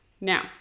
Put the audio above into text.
now